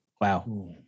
Wow